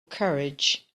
courage